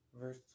Verse